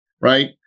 right